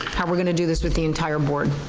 how we're gonna do this with the entire board.